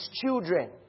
children